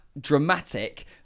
dramatic